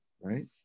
Right